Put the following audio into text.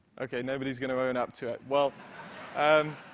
ok. nobody's going to own up to it. well and